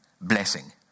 blessing